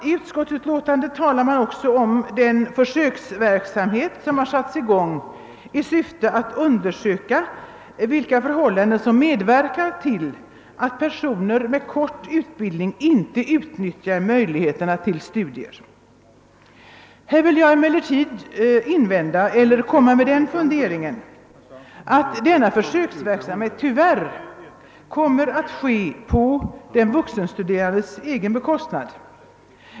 I utskottsutlåtandet talar man också om den försöksverksamhet som satts i gång i syfte att undersöka vilka förhållanden som medverkar till att personer med kort utbildning inte utnyttjar möjligheterna till studier. Här vill jag emellertid komma med funderingen att denna försöksverksamhet tyvärr kommer att ske på den vuxenstuderandes egen bekostnad.